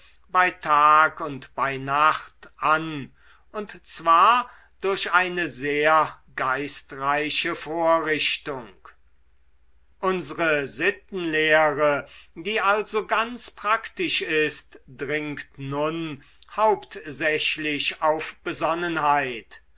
bei tag und bei nacht an und zwar durch eine sehr geistreiche vorrichtung unsre sittenlehre die also ganz praktisch ist dringt nun hauptsächlich auf besonnenheit